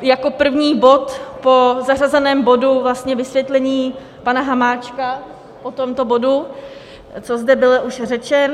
jako první bod po zařazeném bodu, vlastně vysvětlení pana Hamáčka o tomto bodu, co zde byl už řečen.